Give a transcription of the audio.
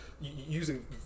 Using